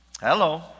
Hello